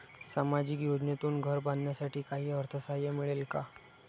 सामाजिक योजनेतून घर बांधण्यासाठी काही अर्थसहाय्य मिळेल का?